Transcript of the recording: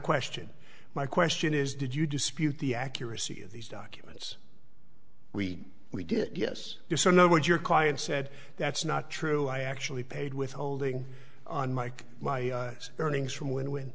question my question is did you dispute the accuracy of these documents we we did yes or no what your client said that's not true i actually paid withholding on mike my earnings from when